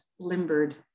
limbered